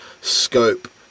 scope